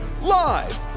Live